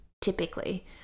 typically